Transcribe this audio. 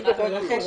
אין דבר כזה.